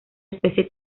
especie